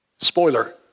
spoiler